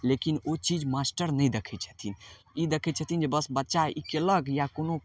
लेकिन ओ चीज मास्टर नहि देखै छथिन ई देखै छथिन जे बस बच्चा ई कएलक या कोनो